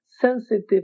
sensitive